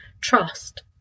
trust